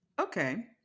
Okay